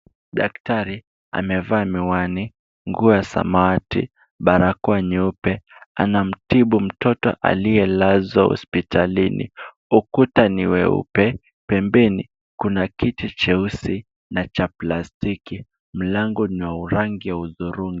Daktari amevaa miwani, nguo ya samawati, barakoa nyeupe, anamtibu mtoto aliyelazwa hospitalini. Ukuta ni weupe, pembeni kuna kiti cheusi na cha plastiki mlango ni wa rangi ya hudhurungi.